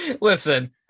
Listen